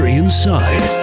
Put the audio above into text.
inside